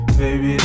baby